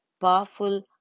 powerful